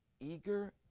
eager